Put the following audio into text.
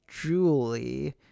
julie